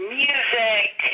music